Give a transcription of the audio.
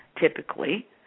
typically